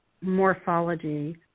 morphology